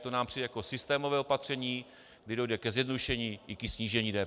To nám přijde jako systémové opatření, kdy dojde ke zjednodušení i ke snížení DPH.